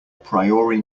priori